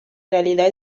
realidad